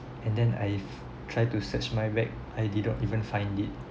and then I try to search my bag I did not even find it